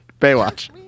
Baywatch